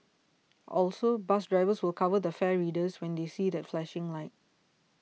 also bus drivers will cover the fare readers when they see that flashing light